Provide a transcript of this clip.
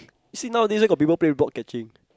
you see nowadays where got people play block catching